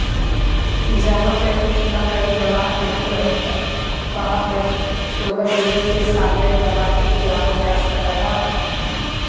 जहवा पे मकई ज्वार नइखे होत वहां पे शुगरग्रेज के साल्लेज बना के खियावल जा सकत ह